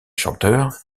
chanteur